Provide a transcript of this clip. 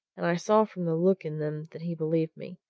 and i saw from the look in them that he believed me.